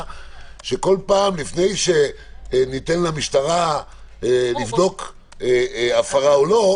שכל פעם לפני שניתן למשטרה לבדוק אם זה הפרה או לא,